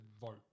vote